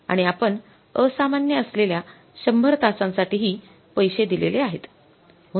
आणि आपण असामान्य असलेल्या १०० तासांसाठी हि पैसे दिलेले आहेत